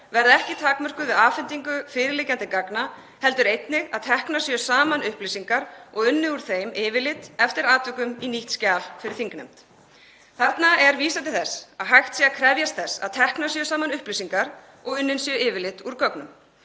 verði ekki takmörkuð við afhendingu fyrirliggjandi gagna heldur einnig að teknar séu saman upplýsingar og unnið úr þeim yfirlit eftir atvikum í nýtt skjal fyrir þingnefnd.“ Þarna er vísað til þess að hægt sé að krefjast þess að teknar séu saman upplýsingar og unnin séu yfirlit úr gögnum.